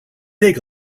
take